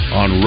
on